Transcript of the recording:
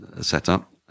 setup